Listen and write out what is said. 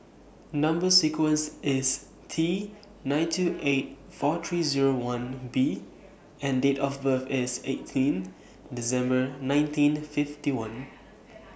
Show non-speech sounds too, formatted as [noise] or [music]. Number sequence IS T nine two eight four three Zero one B and Date of birth IS eighteen December nineteen fifty one [noise]